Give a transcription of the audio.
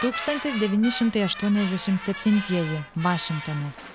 tūkstantis devyni šimtai aštuoniasdešimt septintieji vašingtonas